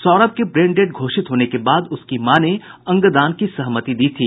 सौरभ के brain dead घोषित होने के बाद उसकी मां ने अंगदान की सहमति दी थी